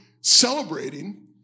celebrating